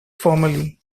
formerly